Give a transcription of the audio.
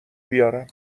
بیارم